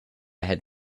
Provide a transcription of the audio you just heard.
have